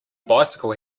bicycle